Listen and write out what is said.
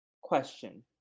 Question